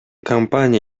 компания